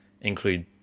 include